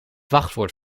wachtwoord